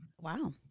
Wow